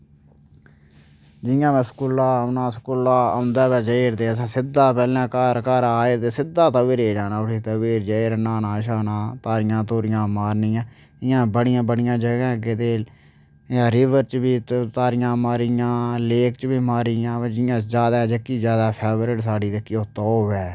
जि'यां गै स्कूला औना स्कूला दा औंदे गै केह् करदे असें सिद्धा पैह्लै घर आए सिद्धा तवी र जाना तवी र जाई न्हाना श्हाना तारियां तूरियां मारनियां इ'यां बड़ियें बड़ियें जगहें गेदे रिवर च बी तारियां मारियां लेक च बी मारियां जादा जेह्की साढ़ी फेवरिट साढ़ी जेह्की ओह् तोह् गै ऐ